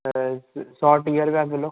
त सौ टीह रुपया किलो